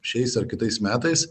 šiais ar kitais metais